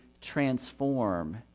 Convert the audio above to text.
transform